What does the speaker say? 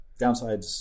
Downsides